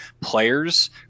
players